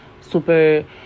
super